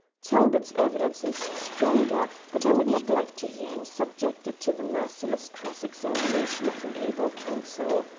talbot's evidence is stronger, but i would not like to hear him subjected to the merciless cross-examination of an able counsel.